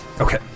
Okay